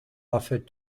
offered